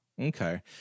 Okay